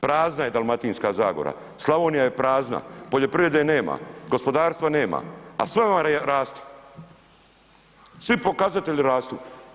Prazna je Dalmatinska zagora, Slavonija je prazna, poljoprivrede nema, gospodarstva nema, a sve vam raste, svi pokazatelji rastu.